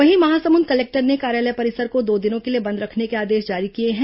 वहीं महासमुंद कलेक्टर ने कार्यालय परिसर को दो दिनों के लिए बंद रखने के आदेश जारी कर दिए हैं